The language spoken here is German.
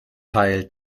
teil